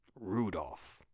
Rudolph